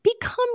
become